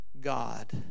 God